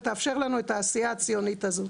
ותאפשר לנו את העשייה הציונית הזו.